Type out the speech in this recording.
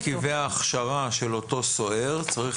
זה אומר שגם במרכיבי ההכשרה של אותו סוהר צריך